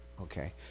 Okay